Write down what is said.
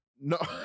No